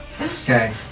Okay